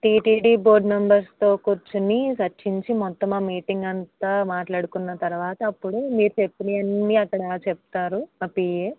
TTD board మెంబెర్స్తో కూర్చొని చర్చించి మొత్తం ఆ మీటింగ్ అంత మాట్లాడుకున్న తరువాత అప్పుడు మీరు చెప్పినవి అన్నీ అక్కడ చెప్తారు మా పిఎ